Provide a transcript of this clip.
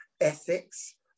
ethics